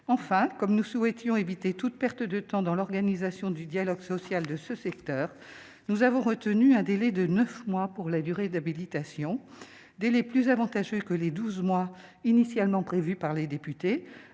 Enfin, comme nous souhaitions éviter toute perte de temps dans l'organisation du dialogue social de ce secteur, nous avons retenu un délai de neuf mois pour la durée d'habilitation, délai plus avantageux que les douze mois initialement prévus par les députés,